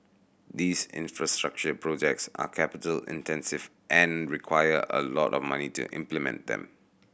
these infrastructure projects are capital intensive and require a lot of money to implement them